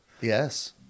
Yes